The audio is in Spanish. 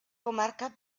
comarca